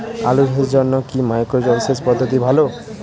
আলু চাষের জন্য কি মাইক্রো জলসেচ পদ্ধতি ভালো?